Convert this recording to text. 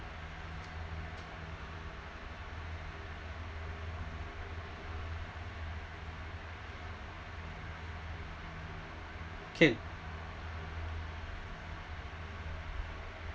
can